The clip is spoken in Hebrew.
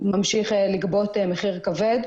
ממשיך לגבות מחיר כבד.